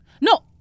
No